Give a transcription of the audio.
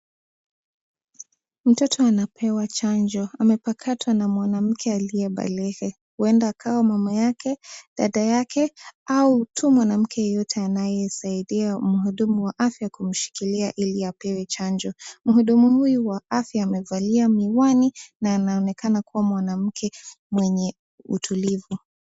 Mtoto anapewa chanjo, amepakatwa na mwanamke aliye bele yake, ueda akiwa ni mama yake, dada yake au tu mwanamke yeyote anayesaidia mhudumu wa afya ili kumshikilia apewe chanjo. Mhudumu huyu wa afya amevalia miwani na anaonekana kuwa mwanamke mwenye utulivu.